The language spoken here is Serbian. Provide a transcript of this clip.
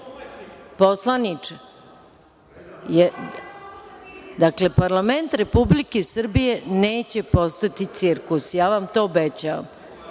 slike.)Dakle, parlament Republike Srbije neće postati cirkus. Ja vam to obećavam.